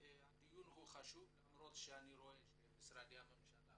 הדיון חשוב, למרות שאני רואה שמשרדי הממשלה